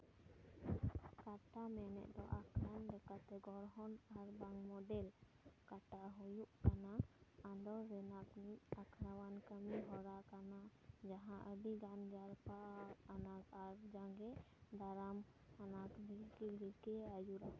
ᱠᱟᱴᱟ ᱢᱮᱱᱮᱫ ᱫᱚ ᱟᱠᱷᱨᱟᱱ ᱞᱮᱠᱟᱛᱮ ᱜᱚᱲᱦᱚᱱ ᱟᱨᱵᱟᱝ ᱢᱚᱰᱮᱞ ᱠᱟᱴᱟ ᱦᱩᱭᱩᱜᱽ ᱠᱟᱱᱟ ᱟᱱᱫᱳᱲ ᱨᱮᱱᱟᱜᱽ ᱢᱤᱫ ᱟᱠᱷᱲᱟᱣᱟᱱ ᱠᱟᱹᱢᱤᱦᱚᱨᱟ ᱠᱟᱱᱟ ᱡᱟᱦᱟᱸ ᱟᱹᱰᱤᱜᱟᱱ ᱡᱟᱨᱯᱟ ᱟᱱᱟᱜᱽ ᱟᱨ ᱡᱟᱸᱜᱮ ᱫᱟᱨᱟᱢ ᱟᱱᱟᱜᱽ ᱵᱷᱤᱞᱠᱤ ᱵᱷᱤᱞᱠᱤ ᱮ ᱟᱹᱭᱩᱨᱟ